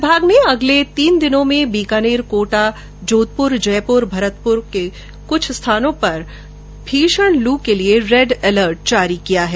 विभाग ने अगले तीन दिनों में बीकानेर कोटा जोधपुर जयपुर और भरतपुर संभाग के कुछ स्थानों पर भीषण लू के लिए रेड अलर्ट जारी किया है